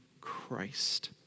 Christ